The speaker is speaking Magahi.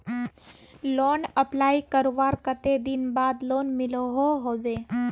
लोन अप्लाई करवार कते दिन बाद लोन मिलोहो होबे?